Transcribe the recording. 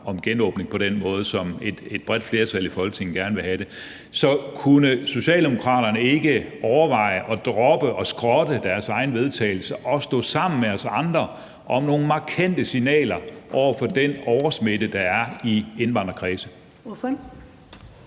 om genåbning på den måde, som et bredt flertal i Folketinget gerne vil have det. Så kunne Socialdemokraterne ikke overveje at droppe og skrotte deres eget forslag til vedtagelse og stå sammen med os andre om nogle markante signaler over for den oversmitte, der er i indvandrerkredse?